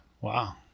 Wow